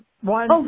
one